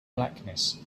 blackness